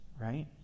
right